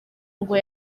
ngo